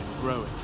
growing